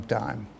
time